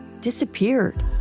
disappeared